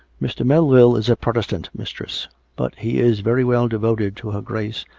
mr. melville is a protestant, mistress but he is very well devoted to her grace,